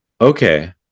Okay